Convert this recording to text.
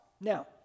Now